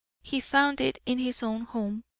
he found it in his own home,